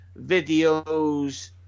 videos